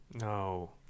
No